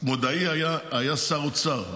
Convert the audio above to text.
מודעי היה שר אוצר,